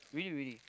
really really